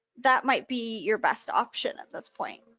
that might be your best option at this point.